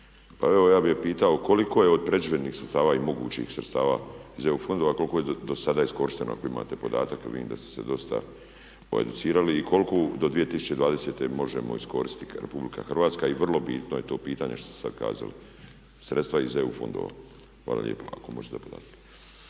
je od …/Govornik se ne razumije./… sredstava i mogućih sredstava iz EU fondova koliko je do sada iskorišteno ako imate podatak, jer vidim da ste se dosta educirali. I koliko do 2020. možemo iskoristiti kao Republika Hrvatska. I vrlo je bitno to pitanje što ste sad kazali, sredstva iz EU fondova. Hvala lijepa. Ako može te podatke.